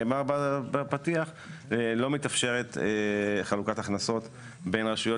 ועדת חקירה, צו של חלוקת הכנסות בין רשויות